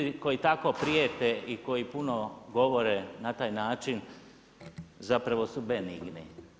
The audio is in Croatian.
Ljudi koji tako prijete i koji puno govore na taj način zapravo su benigni.